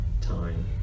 time